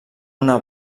una